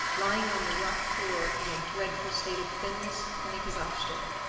lying on the rock floor in a dreadful state of thinness and exhaustion.